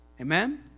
Amen